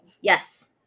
Yes